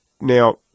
Now